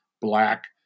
black